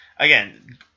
Again